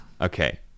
Okay